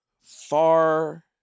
far